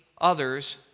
others